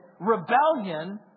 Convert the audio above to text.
rebellion